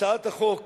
הצעת החוק